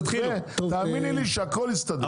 תאמיני לי שהכול יסתדר.